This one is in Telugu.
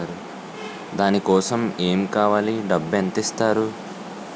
దాని కోసం ఎమ్ కావాలి డబ్బు ఎంత ఇస్తారు?